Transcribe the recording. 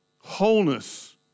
Wholeness